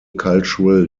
cultural